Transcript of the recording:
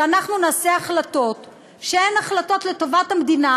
שאנחנו נעשה החלטות שהן החלטות לטובת המדינה,